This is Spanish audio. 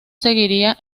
seguiría